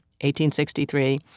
1863